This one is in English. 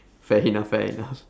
fair enough fair enough